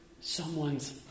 someone's